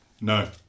no